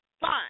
Fine